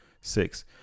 Six